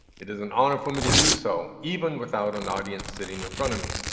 it is an honor for me to do so, even without an audience sitting in front of me.